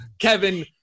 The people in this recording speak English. Kevin